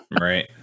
Right